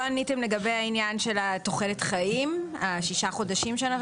לא עניתם לגבי העניין של תוחלת החיים של ששת החודשים,